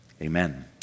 Amen